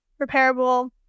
repairable